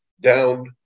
down